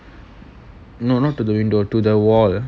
no not to the window to the wall